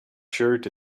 shirt